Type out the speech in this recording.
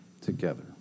together